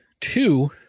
two